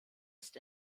ist